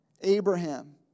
Abraham